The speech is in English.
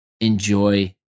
Enjoy